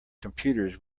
computers